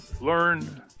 learn